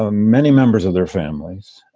ah many members of their families.